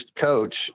coach